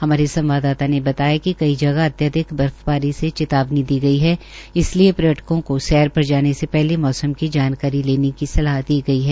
हमारे संवाददाता ने बताया कि कई जगह अत्याधिक बर्फबारी के चेतावनी भी दी गई है इसलिये पर्यटकों को सैर पर जाने से पहले मौसम की जानकारी लेने की सलाह दी गई है